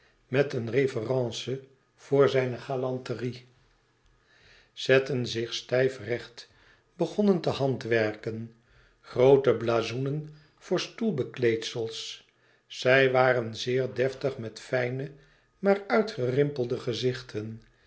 met eene révérence voor zijne galanterie zetten zich stijf recht begonnen te handwerken groote blazoenen voor stoelbekleedsels zij waren zeer deftig met fijne maar